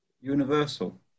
Universal